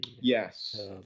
Yes